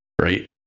right